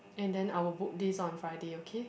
and then I'll book this on Friday okay